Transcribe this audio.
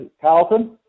Carlton